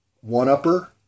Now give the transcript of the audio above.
one-upper